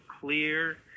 clear